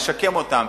לשקם אותם,